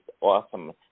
awesome